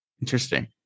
Interesting